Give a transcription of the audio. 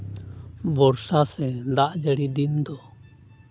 ᱵᱚᱨᱥᱟ ᱥᱮ ᱫᱟᱜ ᱡᱟᱹᱲᱤ ᱫᱤᱱ ᱫᱚ